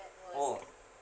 orh